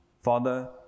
Father